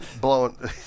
Blowing